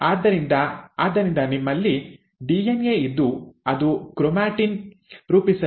ಆದ್ದರಿಂದ ಆದ್ದರಿಂದ ನಿಮ್ಮಲ್ಲಿ ಡಿಎನ್ಎ ಇದ್ದು ಅದು ಕ್ರೋಮ್ಯಾಟಿನ್ ರೂಪಿಸಲು ಈ ಹಿಸ್ಟೋನ್ ಸುತ್ತಲೂ ಸುತ್ತುತ್ತದೆ